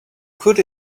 could